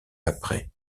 après